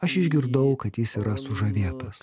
aš išgirdau kad jis yra sužavėtas